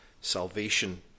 Salvation